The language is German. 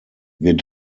wir